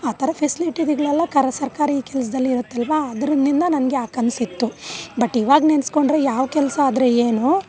ಆ ಥರ ಫೆಸಿಲಿಟಿಸ್ಗಳೆಲ್ಲ ಕರ ಸರ್ಕಾರಿ ಕೆಲಸ್ದಲ್ಲಿ ಇರುತ್ತೆಲ್ವ ಅದ್ರಿಂದ ನನಗೆ ಆ ಕನಸಿತ್ತು ಬಟ್ ಇವಾಗ ನೆನೆಸ್ಕೊಂಡ್ರೆ ಯಾವ ಕೆಲಸ ಆದರೆ ಏನು